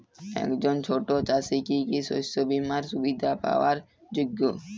একজন ছোট চাষি কি কি শস্য বিমার সুবিধা পাওয়ার যোগ্য?